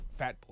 Fatboy